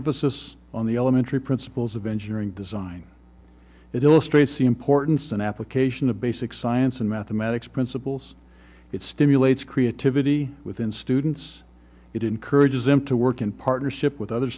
emphasis on the elementary principles of engineering design it illustrates the importance and application of basic science and mathematics principles it stimulates creativity within students it encourages them to work in partnership with other